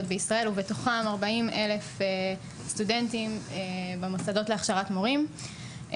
בישראל ובתוכם 40 אלף סטודנטים במוסדות להכשרת מורים.